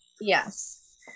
Yes